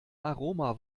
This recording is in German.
aroma